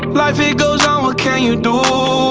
life it goes on, what can you do?